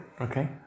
Okay